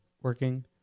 working